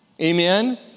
Amen